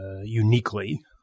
uniquely